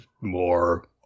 more